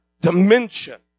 dimension